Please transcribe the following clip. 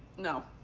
no.